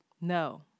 No